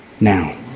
now